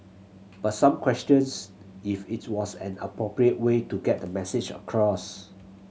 but some questions if it was an appropriate way to get the message across